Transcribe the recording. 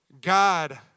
God